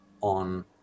on